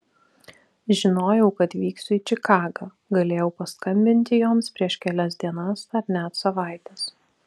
žinojau kad vyksiu į čikagą galėjau paskambinti joms prieš kelias dienas ar net savaites